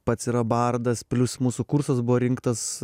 pats yra bardas plius mūsų kursas buvo rinktas